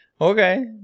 Okay